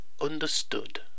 understood